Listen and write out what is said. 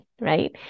right